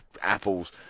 Apples